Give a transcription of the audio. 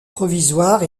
provisoire